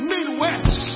Midwest